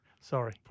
Sorry